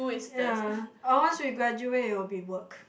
ya and once we graduate it will be work